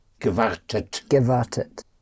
Gewartet